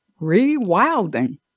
rewilding